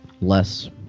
less